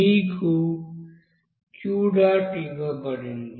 మీకు ఇవ్వబడింది